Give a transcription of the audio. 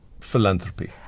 philanthropy